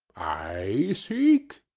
i seek!